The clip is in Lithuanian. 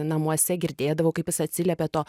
namuose girdėdavau kaip jis atsiliepia to